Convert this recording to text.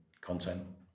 content